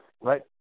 right